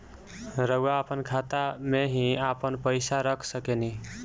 रउआ आपना खाता में ही आपन पईसा रख सकेनी